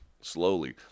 Slowly